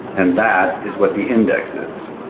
and that is what the index is.